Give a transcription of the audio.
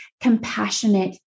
compassionate